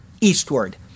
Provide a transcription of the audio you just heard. eastward